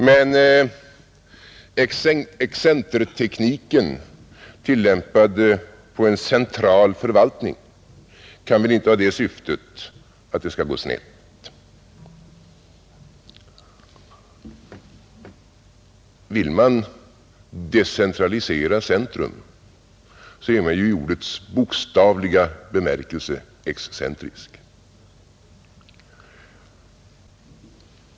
Men excentertekniken, tillämpad på en central förvaltning, kan väl inte ha det syftet att det skall gå snett? Vill man decentralisera centrum, är man i ordets bokstavliga bemärkelse excentrisk!